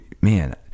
man